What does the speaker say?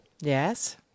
Yes